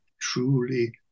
truly